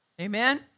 Amen